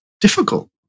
difficult